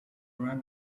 run